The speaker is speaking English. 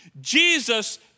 Jesus